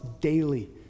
daily